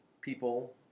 people